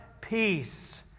peace